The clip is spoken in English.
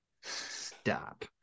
Stop